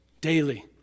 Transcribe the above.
daily